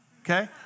okay